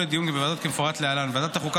לדיון בוועדות כמפורט להלן: ועדת החוקה,